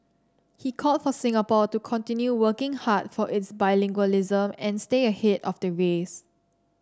he called for Singapore to continue working hard for its bilingualism and stay ahead of the race